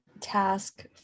task